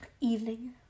evening